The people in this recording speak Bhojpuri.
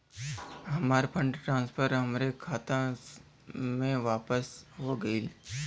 हमार फंड ट्रांसफर हमरे खाता मे वापस हो गईल